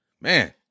man